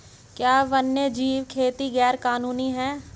क्या वन्यजीव खेती गैर कानूनी है?